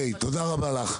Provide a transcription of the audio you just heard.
תודה רבה לך.